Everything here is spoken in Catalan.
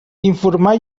informar